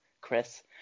Chris